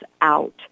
out